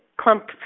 clump